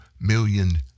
million